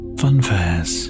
funfairs